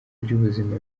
by’ubuzima